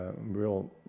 real